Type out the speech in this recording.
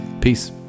Peace